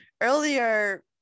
earlier